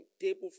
table